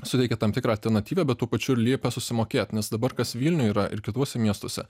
suteikė tam tikrą alternatyvą bet tuo pačiu ir liepė susimokėt nes dabar kas vilniuj yra ir kituose miestuose